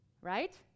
Right